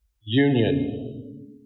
Union